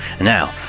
Now